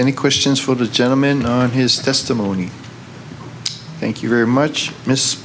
any questions for the gentleman on his testimony thank you very much